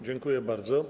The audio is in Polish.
Dziękuję bardzo.